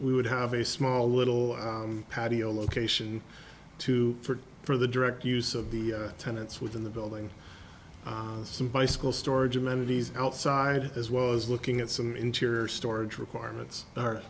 we would have a small little patio location to for the direct use of the tenants within the building some bicycle storage amenities outside as well as looking at some interior storage requirements